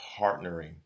partnering